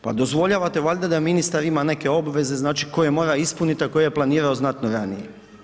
Pa dozvoljavate valjda da ministar ima neke obveze koje mora ispuniti a koje planirao znatno ranije.